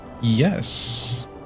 yes